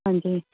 ਹਾਂਜੀ